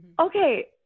Okay